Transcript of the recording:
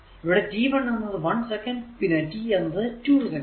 ഇവിടെ t 1 എന്നത് 1 second പിന്നെ t എന്നത് 2 സെക്കന്റ്